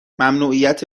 ممنوعیت